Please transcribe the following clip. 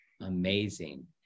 Amazing